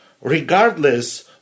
regardless